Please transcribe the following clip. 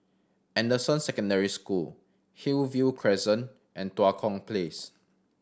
Anderson Secondary School Hillview Crescent and Tua Kong Place